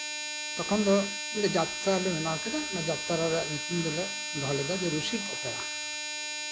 ᱛᱚᱠᱷᱚᱱ ᱫᱚ ᱡᱟᱛᱨᱟ ᱞᱮ ᱵᱮᱱᱟᱣ ᱠᱮᱫᱟ ᱡᱟᱲᱛᱨᱟ ᱨᱮᱭᱟᱜ ᱧᱩᱛᱩᱢ ᱫᱚᱞᱮ ᱫᱚᱦᱚ ᱞᱮᱫᱟ ᱨᱩᱥᱤᱠ ᱚᱯᱮᱨᱟ